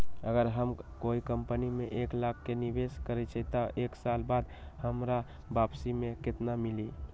अगर हम कोई कंपनी में एक लाख के निवेस करईछी त एक साल बाद हमरा वापसी में केतना मिली?